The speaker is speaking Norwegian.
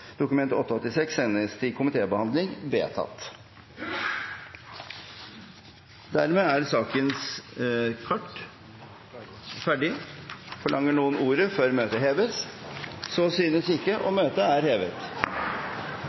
Dokument 8:86 S for 2013–2014 sendes til komitébehandling. Dermed er dagens kart ferdigbehandlet. Forlanger noen ordet før møtet heves? Så synes ikke. –Møtet er hevet.